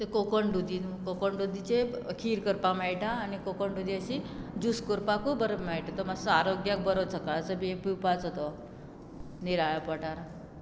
ते कोकण दुदी कोकण दुदीचे खीर करपाक मेळटा आनी कोकण दुदी अशी ज्यूस करपाकूय बरो मेळटा तो मातसो आरोग्याक बरो सकाळचो बी पिवपाचो तो निरा पोटार